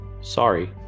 sorry